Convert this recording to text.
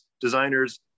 designers